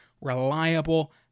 reliable